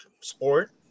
sport